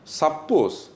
suppose